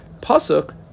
pasuk